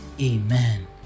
amen